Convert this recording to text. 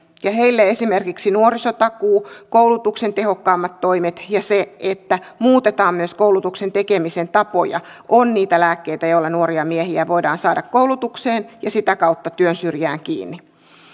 heille esimerkiksi nuorisotakuu koulutuksen tehokkaammat toimet ja se että muutetaan myös koulutuksen tekemisen tapoja ovat niitä lääkkeitä joilla heitä voidaan saada koulutukseen ja sitä kautta työn syrjään kiinni